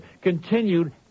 continued